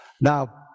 Now